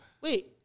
Wait